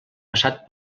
passat